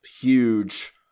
huge